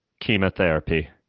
chemotherapy